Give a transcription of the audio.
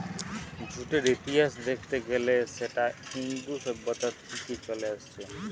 জুটের ইতিহাস দেখত গ্যালে সেটা ইন্দু সভ্যতা থিকে চলে আসছে